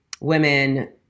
women